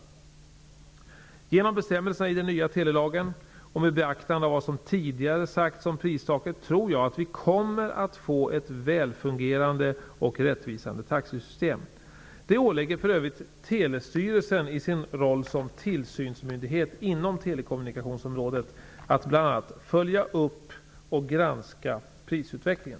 Genom bestämmelserna i den nya telelagen och med beaktande av vad som tidigare har sagts om pristaket tror jag att vi kommer att få ett välfungerande och rättvisande taxesystem. Det åligger för övrigt Telestyrelsen i dess roll som tillsynsmyndighet inom telekommunikationsområdet att bl.a. följa upp och granska prisutvecklingen.